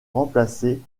remplacée